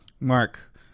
Mark